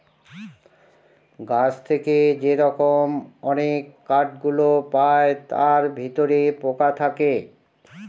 গাছ থেকে যে রকম অনেক কাঠ গুলো পায় তার ভিতরে পোকা থাকে